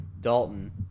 Dalton